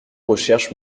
recherche